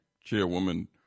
Chairwoman